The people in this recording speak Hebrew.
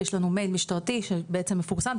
יש לנו מייל משטרתי שבעצם מפורסם,